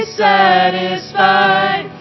satisfied